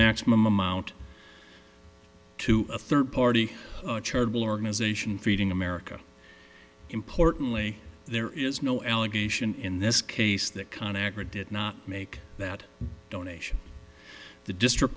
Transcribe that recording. maximum amount to a third party charitable organization feeding america importantly there is no allegation in this case that con agra did not make that donation the district